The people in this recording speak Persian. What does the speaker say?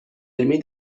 علمی